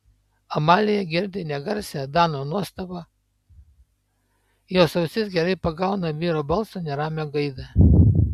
amalija girdi negarsią dano nuostabą jos ausis gerai pagauna vyro balso neramią gaidą